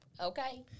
Okay